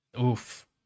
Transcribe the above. Oof